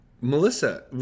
Melissa